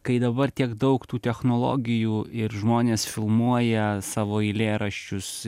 kai dabar tiek daug tų technologijų ir žmonės filmuoja savo eilėraščius